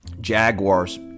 Jaguars